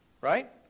Right